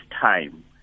time